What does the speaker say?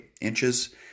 inches